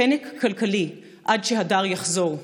חנק כלכלי עד שהדר יחזור.